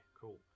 cool